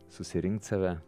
susirinkt save